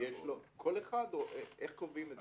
אז יש לו, כל אחד או איך קובעים את זה?